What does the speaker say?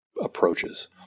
approaches